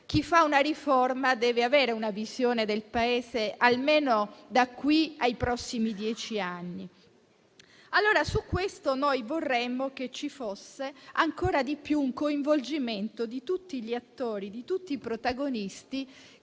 chi fa una riforma deve avere una visione del Paese almeno da qui ai prossimi dieci anni. Su questo vorremmo che ci fosse un coinvolgimento ancora maggiore di tutti gli attori, di tutti i protagonisti